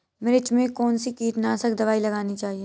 मिर्च में कौन सी कीटनाशक दबाई लगानी चाहिए?